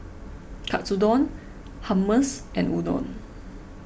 Katsudon Hummus and Udon